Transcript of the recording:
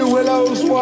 Willow's